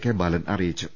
K Balan അറിയി ച്ചു